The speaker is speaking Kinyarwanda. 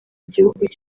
igihugu